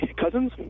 cousins